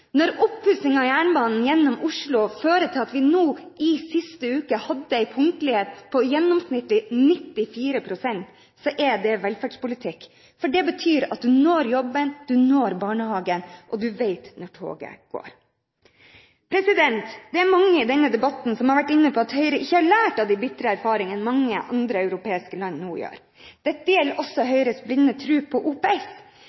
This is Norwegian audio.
Når oppussingen av jernbanen gjennom Oslo fører til at vi i siste uke hadde en punktlighet på gjennomsnittlig 94 pst., er det velferdspolitikk. Det betyr at man når jobben, man når barnehagen, og man vet når toget går. Det er mange i denne debatten som har vært inne på at Høyre ikke har lært av de bitre erfaringene mange andre europeiske land nå har. Dette gjelder også